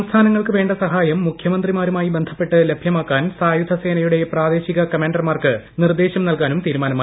സംസ്ഥാനങ്ങൾക്ക് വേണ്ട സഹായം മുഖ്യമന്ത്രിമാരുമായി ബന്ധപ്പെട്ട് ലഭ്യമാക്കാൻ സായുധ സേനയുടെ പ്രാദേശിക ക്മാന്റർമാർക്ക് നിർദ്ദേശം നൽകാനും തീരുമാനമായി